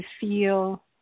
feel